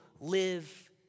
live